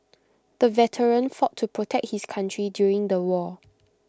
the veteran fought to protect his country during the war